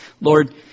Lord